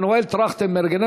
מנואל טרכטנברג,